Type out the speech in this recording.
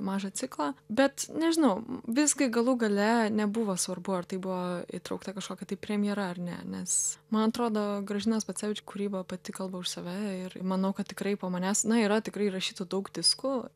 mažą ciklą bet nežinau visgi galų gale nebuvo svarbu ar tai buvo įtraukta kažkokia tai premjera ar ne nes man atrodo gražinos bacevič kūryba pati kalba už save ir manau kad tikrai po manęs na yra tikrai įrašytų daug diskų